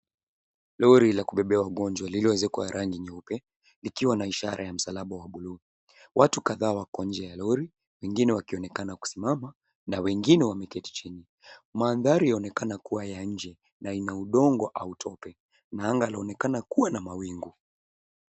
Lori la kubebea wagonjwa lililoezekwa rangi nyeupe likiwa na ishara ya msalaba wa buluu. Watu kadhaa wako nje ya lori, wengine wakionekana kusimama na wengine wameketi chini. Mandhari yaonekana kuwa ya nje na ina udongo au tope, na anga ila laonekana kuwa na mawingu.